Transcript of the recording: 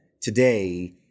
today